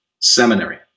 Seminary